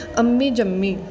ਅੰਮੀ ਜੰਮੀ